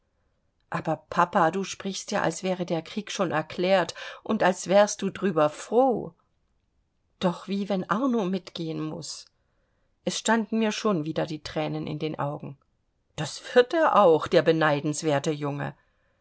aber papa du sprichst ja als wäre der krieg schon erklärt und als wärst du darüber froh doch wie wenn arno mitgehen muß es standen mir schon wieder die thränen in den augen das wird er auch der beneidenswerte junge